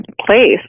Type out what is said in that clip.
place